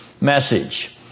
message